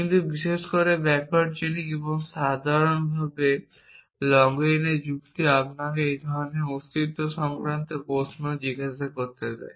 কিন্তু বিশেষ করে ব্যাকওয়ার্ড চেইনিং এবং সাধারণভাবে লগইনে যুক্তি আপনাকে এই ধরনের অস্তিত্ব সংক্রান্ত প্রশ্ন জিজ্ঞাসা করতে দেয়